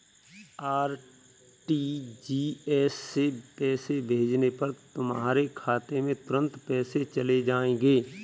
RTGS से पैसे भेजने पर तुम्हारे खाते में तुरंत पैसे चले जाएंगे